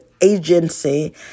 agency